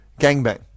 Gangbang